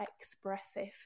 expressive